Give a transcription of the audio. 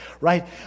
Right